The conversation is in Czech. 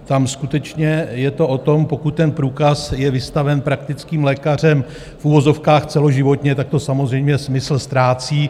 Tam skutečně je to o tom, že pokud ten průkaz je vystaven praktickým lékařem v uvozovkách celoživotně, tak to samozřejmě smysl ztrácí.